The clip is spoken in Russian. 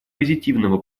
позитивного